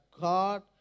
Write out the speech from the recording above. God